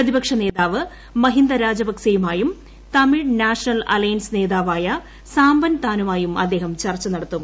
പ്രതിപക്ഷനേതാവ് മഹീന്ദരാജപക്സെയുമായും Tamil national alliance നേതാവായ സാംബൻത്രുനുമായും അദ്ദേഹം ചർച്ച നടത്തും